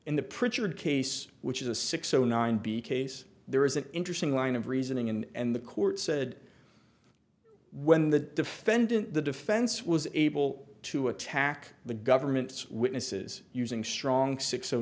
n the prichard case which is a six o nine b case there is an interesting line of reasoning in and the court said when the defendant the defense was able to attack the government's witnesses using strong six o